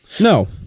No